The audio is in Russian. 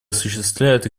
осуществляет